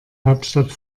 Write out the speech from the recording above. hauptstadt